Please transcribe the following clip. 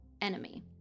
enemy